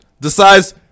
decides